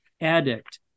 addict